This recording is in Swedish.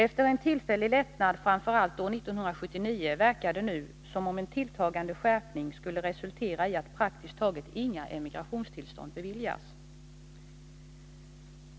Efter en tillfällig lättnad framför allt år 1979 verkar det nu som om en tilltagande skärpning skulle resultera i att praktiskt taget inga emigrationstillstånd beviljas.